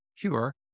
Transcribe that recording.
CURE